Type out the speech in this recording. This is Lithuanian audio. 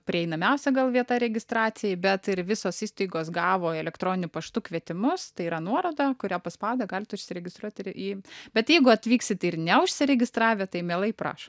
prieinamiausia gal vieta registracijai bet ir visos įstaigos gavo elektroniniu paštu kvietimus tai yra nuorodą kurią paspaudę galit užsiregistruot ir į bet jeigu atvyksit ir neužsiregistravę tai mielai prašom